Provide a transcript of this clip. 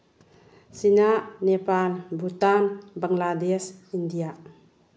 China Nepal Bhutan Bangladesh India